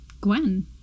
Gwen